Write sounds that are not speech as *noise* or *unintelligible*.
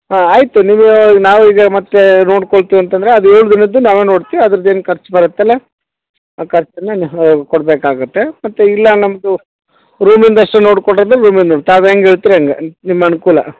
ಹಾಂ ಆಯಿತು ನಿಮಗೆ ನಾವು ಈಗ ಮತ್ತೆ ನೋಡ್ಕೊಳ್ತೀವಿ ಅಂತಂದರೆ ಅದು ಏಳು ದಿನದ್ದು ನಾವೇ ನೋಡ್ತೀವಿ ಅದ್ರದೇನು ಖರ್ಚು ಬರತ್ತಲ್ಲ ಆ ಖರ್ಚನ್ನ *unintelligible* ಕೊಡಬೇಕಾಗುತ್ತೆ ಮತ್ತು ಇಲ್ಲ ನಮ್ಮದು ರೂಮಿಂದು ಅಷ್ಟೇ ನೋಡ್ಕೊಡು ಅಂದ್ರೆ ರೂಮಿನ ತಾವು ಹೆಂಗೆ ಹೇಳ್ತಿರ ಹಾಗೆ ನಿಮ್ಮ ಅನುಕೂಲ